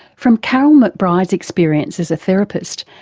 from karyl mcbride's experience as a therapist,